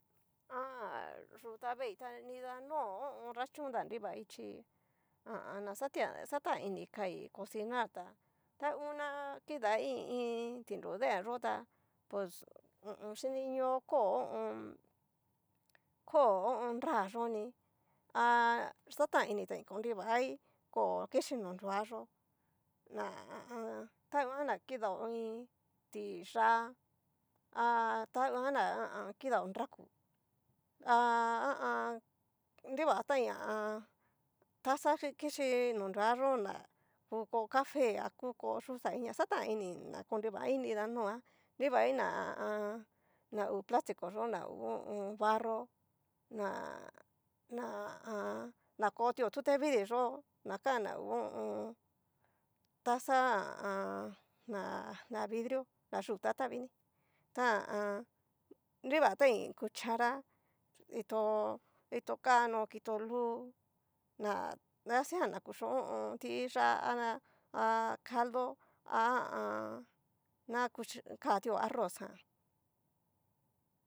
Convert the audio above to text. Ha. yu ta veei ta ni da no narachontan kidai chí, ha a an. na xati xatan ini kai cosinar tá, ta ngu na kidai i iin tinru deen yo'o tá, pus chiniño koo ho o on. koo nra yoni a xatan ini tain konrivai, koo kixhí no nruayó, na ha a an ta nguan na kidao iin tiyá a tanguan ná ha kidao nraku, ha ha a an nrivatain ha a an. taza kixhí no nruaxo ná, ku ko'o cafe a ku ko'o yuxa inia, xatan ini na konrivai nida noa, nrivai na ha a an. ta ngu plastico yó na ngu ho o on. barro, na na ha a an. na kotio tute vidi yó na kan na ho o on. taza ha a an. ná na vidrio yu tata vini tá ha a an. nrivatain cuchara, ito ito kano ito lu na nasea na kuxhio ho o on. tiyá'a a na ha caldo a ha a an. na kuchi katio arroz jan.